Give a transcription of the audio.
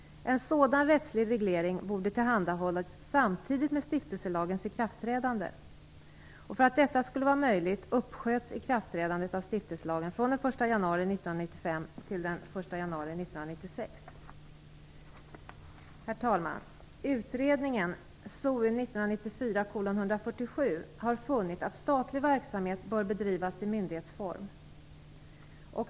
En sådan rättslig reglering borde tillhandahållas samtidigt med stiftelselagens ikraftträdande. För att detta skulle vara möjligt uppsköts ikraftträdandet av stiftelselagen från den 1 januari 1995 till den 1 januari 1996. Herr talman! Utredningen SOU 1994:147 har funnit att statlig verksamhet bör bedrivas i myndighetsform.